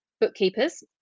bookkeepers